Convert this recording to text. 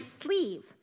sleeve